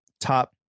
top